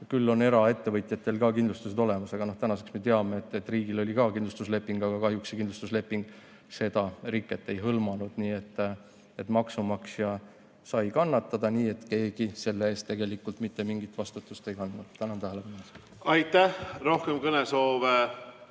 küll on eraettevõtjatel ka kindlustused olemas. Aga noh, tänaseks me teame, et riigil oli ka kindlustusleping, aga kahjuks see kindlustusleping seda riket ei hõlmanud. Nii et maksumaksja sai kannatada ja mitte keegi selle eest tegelikult mitte mingit vastutust ei kandnud. Tänan tähelepanu eest! Aitäh! Rohkem kõnesoove